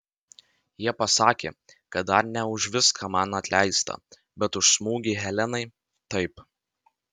jie pasakė kad dar ne už viską man atleista bet už smūgį helenai taip